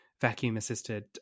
vacuum-assisted